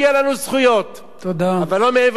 אבל לא מעבר לכך.